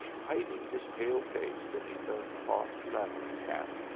hiding his pale face beneath a cloth travelling-cap,